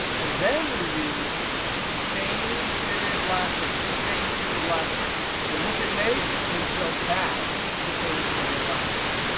and then we use same period last year, because same period last year will look at may and jump back to the same period last year.